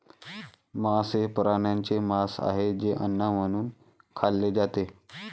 मांस हे प्राण्यांचे मांस आहे जे अन्न म्हणून खाल्ले जाते